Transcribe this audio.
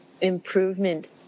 improvement